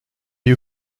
you